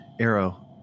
arrow